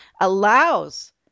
allows